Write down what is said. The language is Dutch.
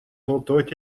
voltooid